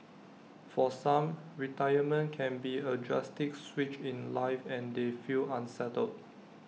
for some retirement can be A drastic switch in life and they feel unsettled